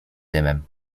dymem